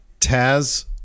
Taz